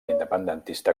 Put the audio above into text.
independentista